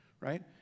right